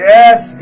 Yes